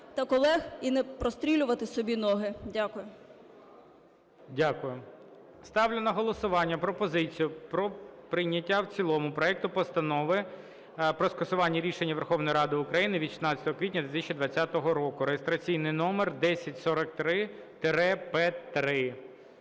та колег і не прострілювати собі ноги. Дякую. ГОЛОВУЮЧИЙ. Дякую. Ставлю на голосування пропозицію про прийняття в цілому проекту Постанови про скасування рішення Верховної Ради України від 16 квітня 2020 року (реєстраційний номер 1043-П3).